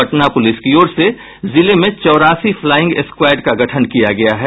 Patna police की ओर से जिले में चौरासी फ्लाइंग क्वायड का गठन किया गया है